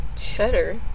cheddar